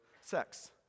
sex